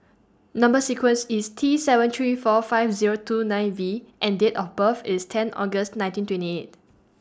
Number sequence IS T seven three four five Zero two nine V and Date of birth IS ten August nineteen twenty eight